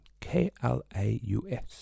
K-L-A-U-S